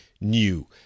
new